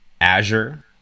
Azure